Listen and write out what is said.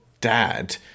dad